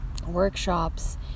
workshops